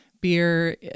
beer